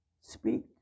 Speak